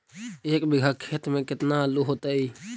एक बिघा खेत में केतना आलू होतई?